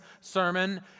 sermon